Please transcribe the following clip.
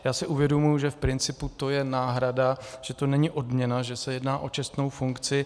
Já si uvědomuji, že v principu to je náhrada, že to není odměna, že se jedná o čestnou funkci.